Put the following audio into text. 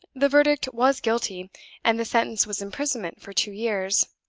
the verdict was guilty and the sentence was imprisonment for two years.